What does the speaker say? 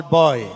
boy